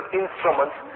instruments